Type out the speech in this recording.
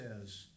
says